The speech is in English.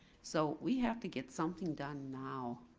so we have to get something done now,